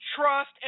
trust